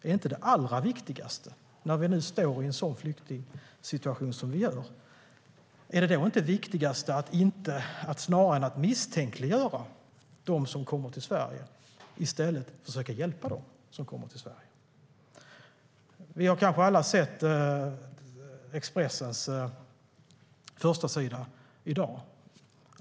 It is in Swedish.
Är inte det allra viktigaste, när vi nu står i en sådan flyktingsituation som vi gör, att snarare än att misstänkliggöra dem som kommer till Sverige i stället försöka hjälpa dem? Vi har kanske alla sett Expressens förstasida i dag.